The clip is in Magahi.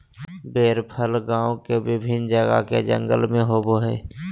बेर फल गांव के विभिन्न जगह के जंगल में होबो हइ